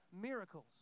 miracles